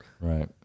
Right